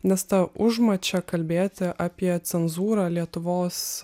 nes ta užmačia kalbėti apie cenzūrą lietuvos